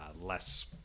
less